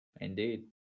Indeed